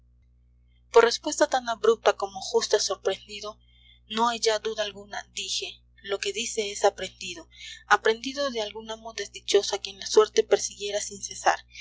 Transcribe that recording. por respuesta tan abrupta como justa sorprendido no hay ya duda alguna dije lo que dice es aprendido aprendido de algún amo desdichoso a quien la suerte persiguiera sin cesar